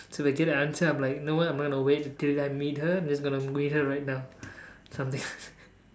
so if I get an answer I'm like no way I'm gonna wait till I meet her I'm just gonna meet her right now something like that